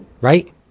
right